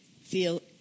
feel